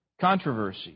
controversy